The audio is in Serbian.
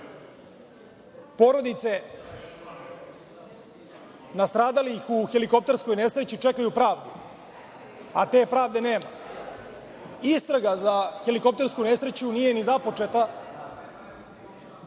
porodice nastradalih u helikopterskoj nesreći čekaju pravdu, a te pravde nema. Istraga za helikoptersku nesreću nije ni započeta,